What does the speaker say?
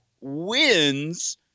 wins